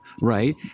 right